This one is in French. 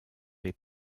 les